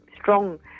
strong